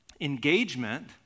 Engagement